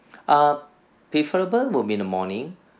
err preferable would be in the morning